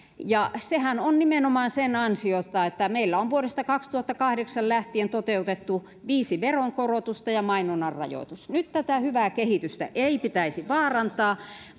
sehän on nimenomaan sen ansiota että meillä on vuodesta kaksituhattakahdeksan lähtien toteutettu viisi veronkorotusta ja mainonnan rajoitus nyt tätä hyvää kehitystä ei pitäisi vaarantaa